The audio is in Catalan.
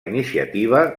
iniciativa